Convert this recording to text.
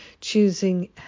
choosing